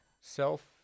self